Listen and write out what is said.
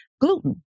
gluten